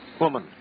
woman